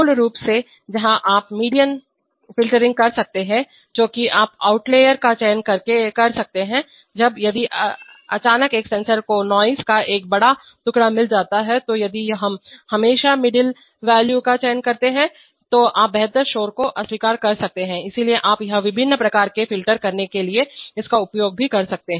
मूल रूप से जहाँ आप मीडियन फ़िल्टरिंग कर सकते हैं जो कि आप आउटलेयर का चयन कर सकते हैं जब यदि अचानक एक सेंसर को नॉइज़ का एक बड़ा टुकड़ा मिल जाता है तो यदि हम हमेशा मिडिल वैल्यू का चयन करते हैं तो आप बेहतर शोर को अस्वीकार कर सकते हैं इसलिए आप यह विभिन्न प्रकार के फ़िल्टर करने के लिए इसका उपयोग भी कर सकते हैं